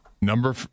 Number